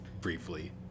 briefly